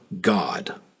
God